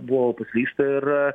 buvo paslysta ir